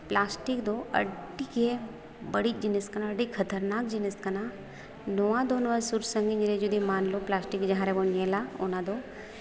plastic ᱫᱚ ᱟᱹᱰᱤᱜᱮ ᱵᱟᱹᱲᱤᱡ ᱡᱤᱱᱤᱥ ᱠᱟᱱᱟ ᱟᱹᱰᱤ ᱠᱷᱚᱨᱱᱟᱠ ᱡᱤᱱᱤᱥ ᱠᱟᱱᱟ ᱱᱚᱣᱟ ᱫᱚ ᱱᱚᱣᱟ ᱥᱩᱨ ᱥᱟᱹᱜᱤᱧ ᱨᱮ ᱡᱩᱫᱤ ᱢᱟᱱᱞᱚ ᱯᱞᱟᱥᱴᱤᱠ ᱡᱟᱦᱟᱸ ᱨᱮᱵᱚᱱ ᱧᱮᱞᱟ ᱚᱱᱟᱫᱚ